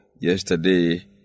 yesterday